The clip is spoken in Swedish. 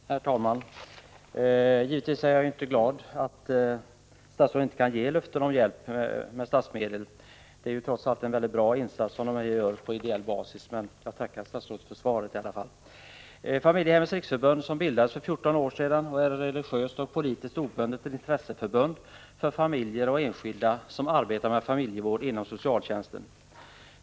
Herr talman! Jag tackar statsrådet för svaret. Givetvis är jag inte glad att statsrådet inte kan ge något löfte om hjälp med statsmedel. Det är dock en mycket bra insats som Familjehemmens riksförbund gör. Familjehemmens riksförbund bildades för 14 år sedan och är ett religiöst och politiskt obundet intresseförbund för familjer och enskilda som arbetar med familjevård inom socialtjänsten.